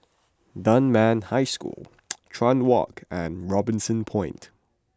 Dunman High School Chuan Walk and Robinson Point